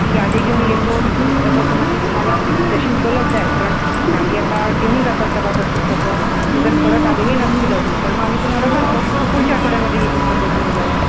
ती यादी घेऊन येतो पुस्तकं पुन्हा ती तुम्हाला जशी उपलब्ध आहेत कारण काही आता घेऊन जातात सभासद पुस्तकं ती जर परत आलेली नसतील अजून तर मग आम्ही तुम्हाला सांगतो पुढच्या आठवड्यामध्ये ही पुस्तकं घेऊन जावा